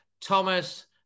Thomas